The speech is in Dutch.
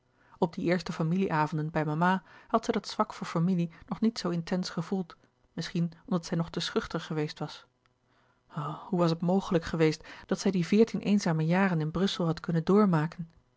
op die eerste familie avonden bij mama had zij dat zwak voor familie nog niet zoo intens gevoeld misschien omdat zij nog te schuchter geweest louis couperus de boeken der kleine zielen was o hoe was het mogelijk geweest dat zij die veertien eenzame jaren in brussel had kunnen doormaken